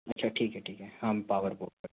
अच्छा ठीक है ठीक है हाँ पावर बोर्ड पर